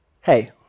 hey